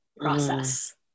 process